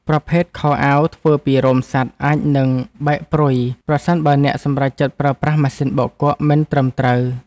ប្រភេទខោអាវធ្វើពីរោមសត្វអាចនឹងបែកព្រុយប្រសិនបើអ្នកសម្រេចចិត្តប្រើប្រាស់ម៉ាស៊ីនបោកគក់មិនត្រឹមត្រូវ។